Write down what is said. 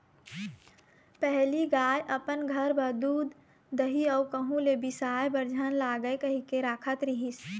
पहिली गाय अपन घर बर दूद, दही अउ कहूँ ले बिसाय बर झन लागय कहिके राखत रिहिस